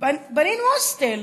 בנינו הוסטל.